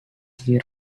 hear